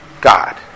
God